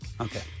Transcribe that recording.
Okay